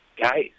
guys